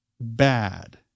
bad